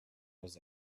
was